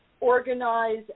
organize